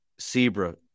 zebra